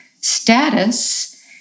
status